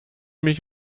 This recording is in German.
mich